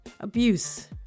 abuse